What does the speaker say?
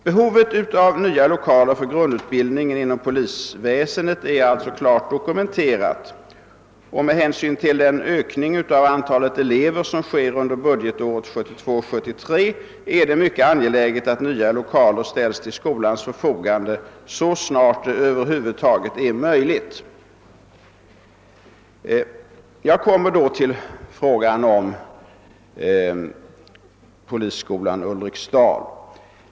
Behovet av nya lokaler för grundutbildningen inom polisväsendet är klart dokumenterat, och med hänsyn till den ökning av antalet elever som sker under budgetåret 1972/73 är det mycket angeläget att nya lokaler ställes till sko lans förfogande så snart det över huvud taget är möjligt. Jag övergår härefter till frågan om polisskolan i Ulriksdal.